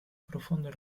profondo